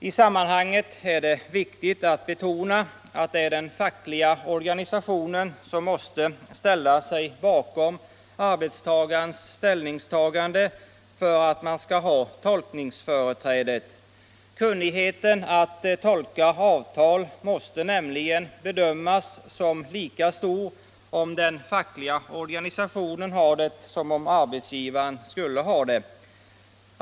I sammanhanget är det viktigt att betona att det är den fackliga organisationen som måste ställa sig bakom arbetstagarens ställningstagande för att man skall ha tolkningsföreträdet. Kunnigheten att tolka avtal måste nämligen bedömas som lika stor om den fackliga organisationen har den som om arbetsgivaren skulle ha den.